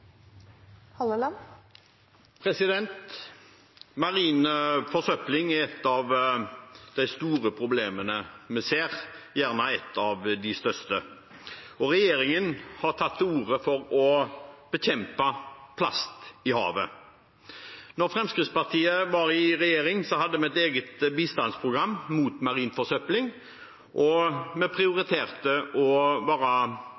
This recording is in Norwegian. et av de største, og regjeringen har tatt til orde for å bekjempe plast i havet. Da Fremskrittspartiet var i regjering, hadde vi et eget bistandsprogram mot marin forsøpling, og vi